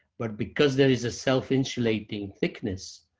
but because there is a self-insulating thickness,